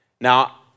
Now